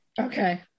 Okay